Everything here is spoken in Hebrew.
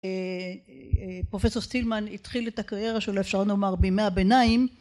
פרופסור סטילמן התחיל את הקריירה שלו אפשר לומר בימי הביניים